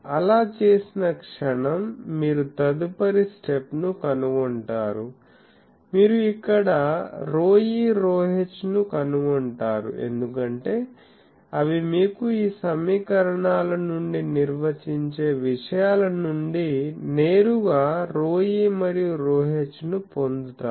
అలా చేసిన క్షణం మీరు తదుపరి స్టెప్ ను కనుగొంటారు మీరు ఇక్కడ ρe ρh ను కనుగొంటారు ఎందుకంటే అవి మీకు ఈ సమీకరణాల నుండి నిర్వచించే విషయాల నుండి నేరుగా ρe మరియు ρh ను పొందుతారు